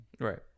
Right